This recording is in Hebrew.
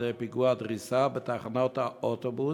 על-ידי פיגוע דריסה בתחנות האוטובוס.